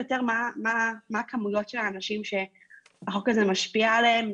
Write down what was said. יותר מה הכמויות של האנשים שהחוק הזה משפיע עליהם.